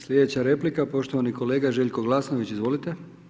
Sljedeća replika poštovani kolega Željko Glasnović, izvolite.